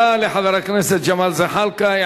לא צריך לאומי, תודה לחבר הכנסת ג'מאל זחאלקה.